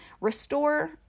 Restore